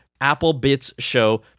AppleBitsShow